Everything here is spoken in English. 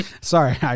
Sorry